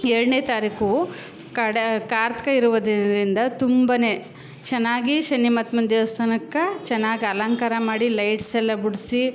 ಎರಡನೇ ತಾರೀಕು ಕಡೆ ಕಾರ್ತಿಕ ಇರುವುದರಿಂದ ತುಂಬನೇ ಚೆನ್ನಾಗಿ ಶನಿಮಹಾತ್ಮನ ದೇವಸ್ಥಾನಕ್ಕೆ ಚೆನ್ನಾಗಿ ಅಲಂಕಾರ ಮಾಡಿ ಲೈಟ್ಸ್ ಎಲ್ಲ ಬಿಡ್ಸಿ